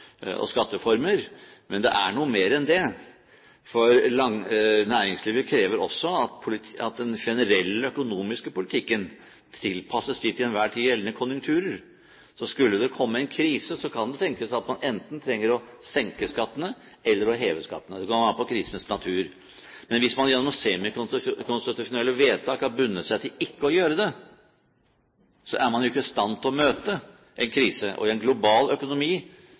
enhver tid gjeldende konjunkturer. Så skulle det komme en krise, kan det tenkes at man enten trenger å senke skattene eller å heve skattene. Det kommer an på krisens natur. Men hvis man gjennom semikonstitusjonelle vedtak har bundet seg til ikke å gjøre det, er man jo ikke i stand til å møte en krise. I en global økonomi